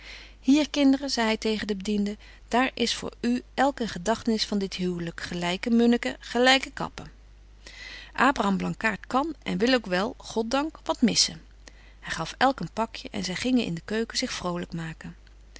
kinderen zei hy tegen de bedienden daar betje wolff en aagje deken historie van mejuffrouw sara burgerhart is voor u elk een gedagtenis van dit huwlyk gelyke munniken gelyke kappen abraham blankaart kan en wil ook wel goddank wat missen hy gaf elk een pakje en zy gingen in de keuken zich vrolyk maken